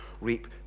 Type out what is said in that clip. reap